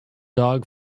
dog